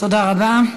תודה רבה.